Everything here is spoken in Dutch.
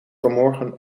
vanmorgen